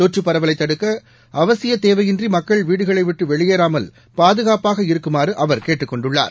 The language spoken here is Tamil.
தொற்று பரவலை தடுக்க அவசிய தேவையின்றி மக்கள் வீடுகளை விட்டு வெளியேறாமல் பாதுகாப்பாக இருக்குமாறு அவர் கேட்டுக்கொண்டுள்ளார்